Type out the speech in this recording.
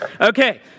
Okay